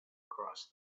across